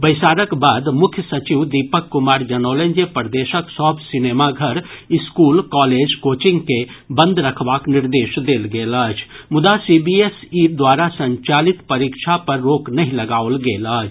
बैसारक बाद मुख्य सचिव दीपक कुमार जनौलनि जे प्रदेशक सभ सिनेमा घर स्कूल कॉलेज कोचिंग के बंद रखबाक निर्देश देल गेल अछि मुदा सीबीएसई द्वारा संचालित परीक्षा पर रोक नहि लगाओल गेल अछि